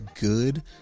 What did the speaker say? good